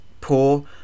poor